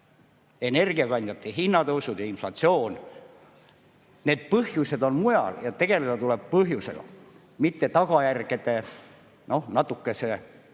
Energiakandjate hinnatõusud ja inflatsioon. Need põhjused on mujal ja tegeleda tuleb põhjusega, mitte tagajärgede kustutamisega